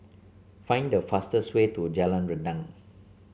find the fastest way to Jalan Rendang